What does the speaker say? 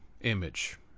image